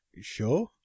Sure